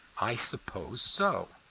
i suppose so,